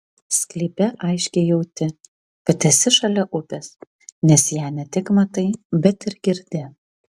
sklype aiškiai jauti kad esi šalia upės nes ją ne tik matai bet ir girdi